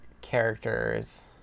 characters